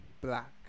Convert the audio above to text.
black